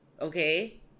okay